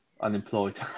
unemployed